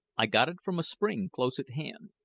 i got it from a spring close at hand.